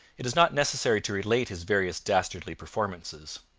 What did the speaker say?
it is not necessary to relate his various dastardly performances.